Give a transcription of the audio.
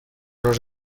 los